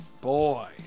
boy